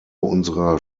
unserer